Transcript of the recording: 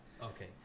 Okay